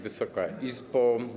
Wysoka Izbo!